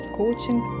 coaching